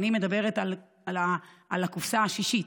אני מדברת על הקופסה השישית.